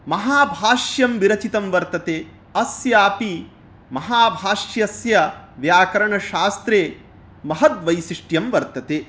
महाभाष्यं विरचितं वर्तते अस्यापि महाभाष्यस्य व्याकरणशास्त्रे महद् वैशिष्ट्यं वर्तते